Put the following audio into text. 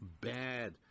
bad